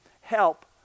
help